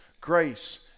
grace